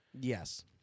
Yes